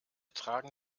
tragen